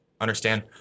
understand